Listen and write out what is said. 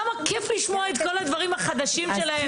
כמה כיף לשמוע את כל הדברים החדשים שלהם.